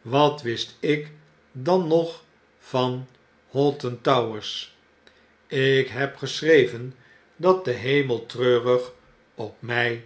wat wist ik dan nog van hoghton towers ik heb geschreven dat de hemel treurig op mij